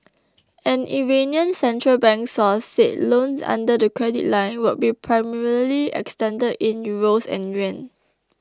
an Iranian central bank source said loans under the credit line would be primarily extended in euros and yuan